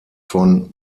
von